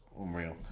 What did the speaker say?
unreal